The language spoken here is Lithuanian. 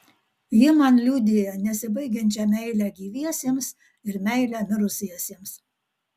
ji man liudija nesibaigiančią meilę gyviesiems ir meilę mirusiesiems